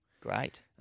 Great